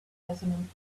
resonant